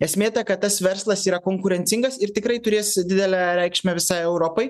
esmė ta kad tas verslas yra konkurencingas ir tikrai turės didelę reikšmę visai europai